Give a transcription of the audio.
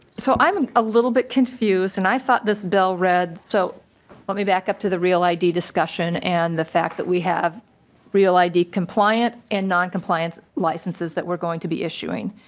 so i'm a little bit confused. and i thought this bill was so let me back up to the real id discussion and the fact that we have real id compliant and noncompliant licenses that we are going to be issuing.